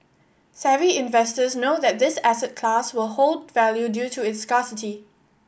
savvy investors know that this asset class will hold value due to its scarcity